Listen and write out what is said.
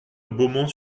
beaumont